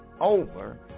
over